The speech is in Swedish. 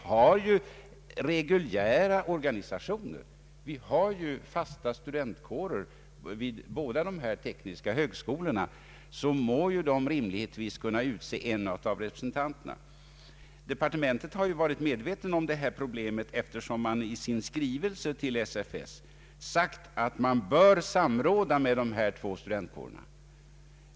Då bör rimligtvis reguljära organisationer — vi har ju fasta studentkårer vid båda dessa tekniska högskolor — kunna utse en av representanterna. Departementet har varit medvetet om detta problem, eftersom i skrivelsen till SFS sägs att man bör samråda med dessa båda studentkårer.